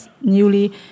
newly